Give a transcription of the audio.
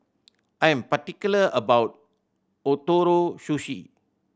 I am particular about Ootoro Sushi